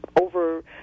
over